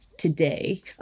today